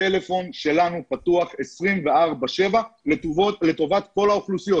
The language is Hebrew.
הטלפון שלנו פתוח 24/7 לטובת כל האוכלוסיות.